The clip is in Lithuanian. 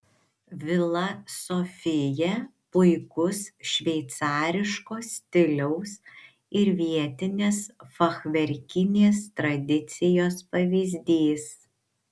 vila sofija puikus šveicariško stiliaus ir vietinės fachverkinės tradicijos pavyzdys